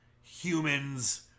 humans